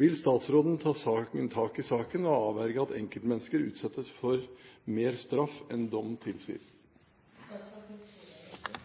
Vil statsråden ta tak i saken og avverge at enkeltmennesker utsettes for mer straff enn dom tilsier?» Jeg vil få vise til